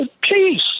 peace